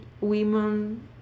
women